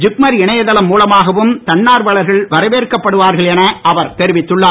ஜிப்மர் இணையதளம் மூலமாகவும் தன்னார்வலர்கள் வரவேற்கப்படுவார்கள் என அவர் தெரிவித்துள்ளார்